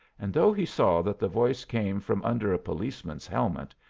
and though he saw that the voice came from under a policeman's helmet,